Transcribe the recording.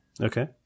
Okay